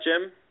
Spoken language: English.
Jim